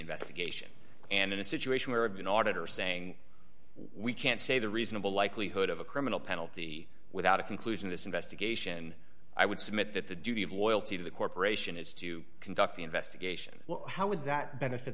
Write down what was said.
investigation and in a situation where of an auditor saying we can't say the reasonable likelihood of a criminal penalty without a conclusion this investigation i would submit that the duty of loyalty to the corporation is to conduct the investigation well how would that benefit